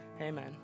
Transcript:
Amen